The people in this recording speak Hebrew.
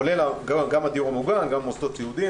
כולל בדיור המוגן וגם במוסדות סיעודיים.